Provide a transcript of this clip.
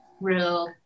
real